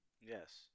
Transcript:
Yes